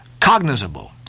cognizable